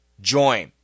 join